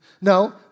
no